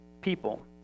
people